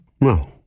No